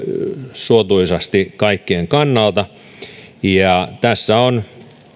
suotuisasti kaikkien kannalta tässä on